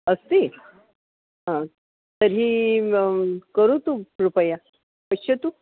अस्ति तर्हि करोतु कृपया पश्यतु